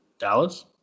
Dallas